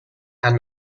and